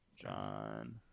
john